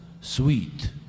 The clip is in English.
sweet